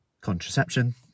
Contraception